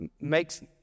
makes